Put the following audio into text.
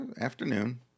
Afternoon